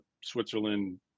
Switzerland